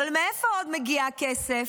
אבל מאיפה עוד מגיע הכסף?